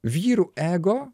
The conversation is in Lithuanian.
vyrų ego